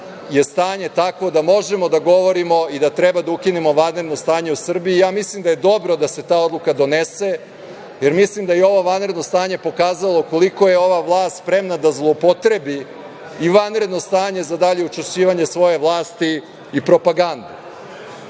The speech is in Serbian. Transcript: stanje takvo da možemo da govorimo i da treba da ukinemo vanredno stanje u Srbiji. Mislim da je dobro da se ta odluka donese, jer mislim da je ovo vanredno stanje pokazalo koliko je ova vlast spremna da zloupotrebi i vanredno stanje za dalje učvršćivanje svoje vlasti i propagandu. Mislim